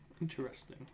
Interesting